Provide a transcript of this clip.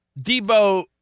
Debo